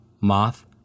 moth